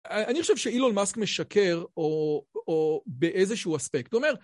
אני חושב שאילון מאסק משקר, או באיזשהו אספקט. כלומר